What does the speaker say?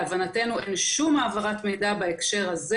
להבנתנו, אין שום העברת מידע בהקשר הזה.